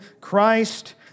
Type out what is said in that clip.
christ